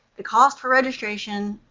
the cost for registration